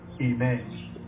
amen